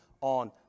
on